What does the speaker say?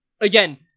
Again